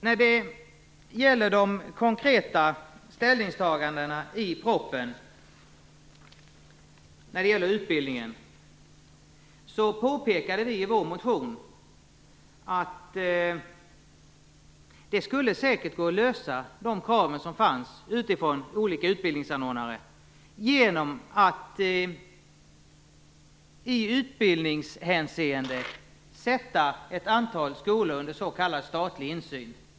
När det gäller de konkreta ställningstagandena om utbildningen i propositionen påpekade vi i vår motion att det säkert skulle gå att lösa problemen och tillgodose de krav som fanns från olika utbildningsanordnare genom att i utbildningshänseende sätta ett antal skolor under s.k. statlig insyn.